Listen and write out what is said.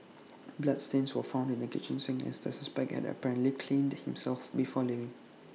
bloodstains were found in the kitchen sink as the suspect had apparently cleaned himself before leaving